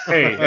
Hey